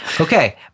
Okay